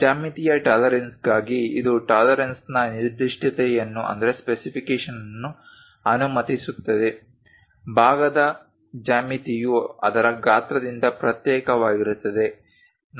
ಜ್ಯಾಮಿತೀಯ ಟಾಲರೆನ್ಸ್ಗಾಗಿ ಇದು ಟಾಲರೆನ್ಸ್ನ ನಿರ್ದಿಷ್ಟತೆಯನ್ನು ಅನುಮತಿಸುತ್ತದೆ ಭಾಗದ ಜ್ಯಾಮಿತಿಯು ಅದರ ಗಾತ್ರದಿಂದ ಪ್ರತ್ಯೇಕವಾಗಿರುತ್ತದೆ